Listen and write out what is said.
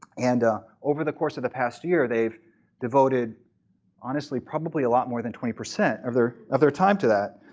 and over the course of the past year, they've devoted honestly probably a lot more than twenty percent of their of their time to that.